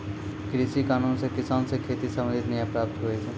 कृषि कानून से किसान से खेती संबंधित न्याय प्राप्त हुवै छै